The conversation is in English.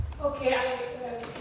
Okay